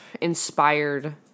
inspired